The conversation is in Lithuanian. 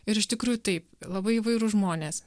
ir iš tikrųjų taip labai įvairūs žmonės